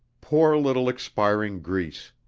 poor little expiring greece!